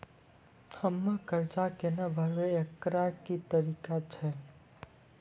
हम्मय कर्जा केना भरबै, एकरऽ की तरीका छै?